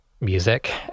music